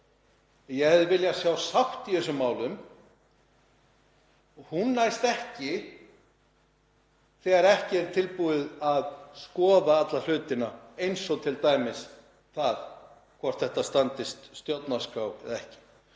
ég hefði viljað sjá sátt í þessum málum en hún næst ekki þegar fólk er ekki tilbúið til að skoða alla hlutina eins og t.d. hvort þetta standist stjórnarskrá eða ekki.